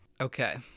Okay